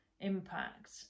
impact